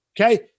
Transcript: Okay